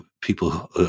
people